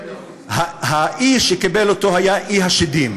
האי שקיבל אותו היה אי השדים.